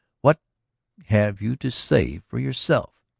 what have you to say for yourself?